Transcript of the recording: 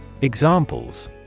Examples